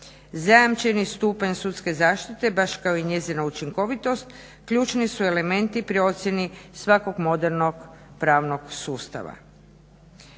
Zajamčeni stupanj sudske zaštite, baš kao i njezina učinkovitost, ključni su elementi pri ocjeni svakog modernog pravnog sustava.